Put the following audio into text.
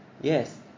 yes